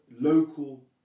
local